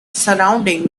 surrounding